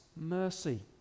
mercy